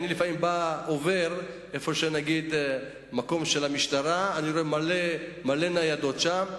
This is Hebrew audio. לפעמים אני עובר במקום של המשטרה ואני רואה הרבה ניידות שם.